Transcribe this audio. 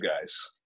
guys